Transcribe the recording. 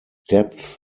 depth